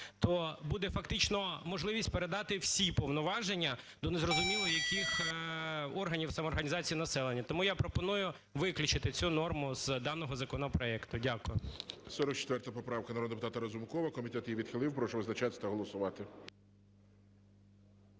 то буде фактично можливість передати всі повноваження до незрозуміло яких органів самоорганізації населення. Тому я пропоную виключити цю норму з даного законопроекту. Дякую.